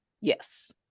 yes